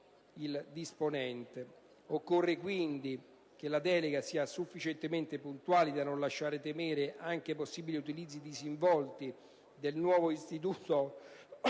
il disponente. Occorre quindi che la delega sia sufficientemente puntuale, in modo da non lasciare temere anche possibili utilizzi disinvolti del nuovo istituto